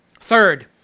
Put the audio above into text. Third